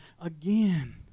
again